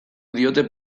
diote